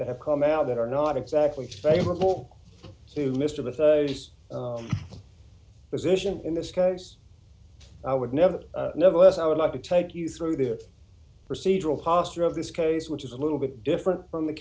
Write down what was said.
that have come out that are not exactly favorable to mr the position in this case i would never never as i would like to take you through the procedural posture of this case which is a little bit different from the